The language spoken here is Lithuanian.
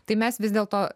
tai mes vis dėlto